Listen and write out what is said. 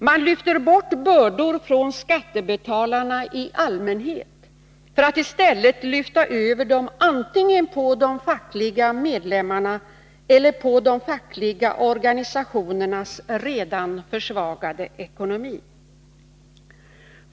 Man lyfter bort bördor från skattebetalarna i allmänhet för att i stället lyfta över dem antingen på de fackliga medlemmarna eller på de fackliga organisationernas redan försvagade ekonomi.